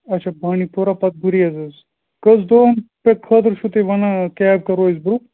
اَچھا بانٛڈی پورہ پَتہٕ گُریز حظ کٔژ دۄہَن پٮ۪ٹھ خٲطرٕ چھُو تُہۍ وَنان کیب کَرو أسۍ بُک